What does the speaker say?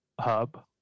hub